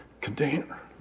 container